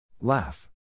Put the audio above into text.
Laugh